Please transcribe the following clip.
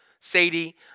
Sadie